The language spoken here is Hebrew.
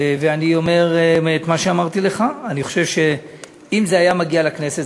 ואני אומר את מה שאמרתי לך: אני חושב שאם זה היה מגיע לכנסת,